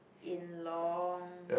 in long